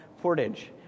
portage